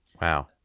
Wow